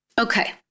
Okay